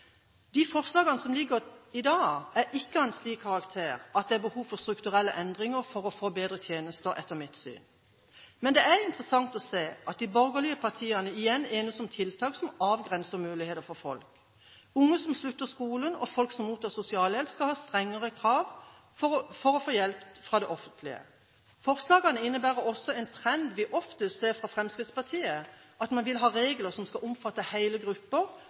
De forslagene som foreligger i dag, er ikke av en slik karakter at det er behov for strukturelle endringer for å få bedre tjenester, etter mitt syn. Men det er interessant å se at de borgerlige partiene igjen enes om tiltak som avgrenser mulighetene for folk. Unge som slutter skolen, og folk som mottar sosialhjelp, skal møte strengere krav for å få hjelp fra det offentlige. Forslagene innebærer også en trend vi ofte ser fra Fremskrittspartiet, at man vil ha regler som skal omfatte hele